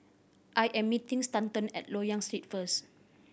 I am meeting Stanton at Loyang Street first